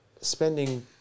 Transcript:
spending